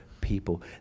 people